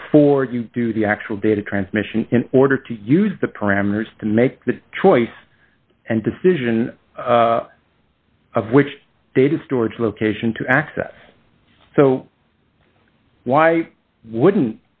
before you do the actual data transmission in order to use the parameters to make the choice and decision of which data storage location to access so why wouldn't